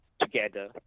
together